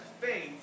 faith